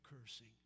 cursing